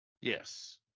Yes